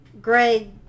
Greg